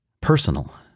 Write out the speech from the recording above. personal